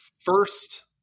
first